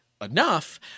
enough